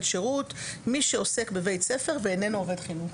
שירות: מי שעוסק בבית ספר ואיננו עובד חינוך.